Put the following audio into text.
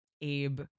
abe